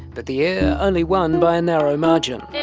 but the heir only won by a narrow margin.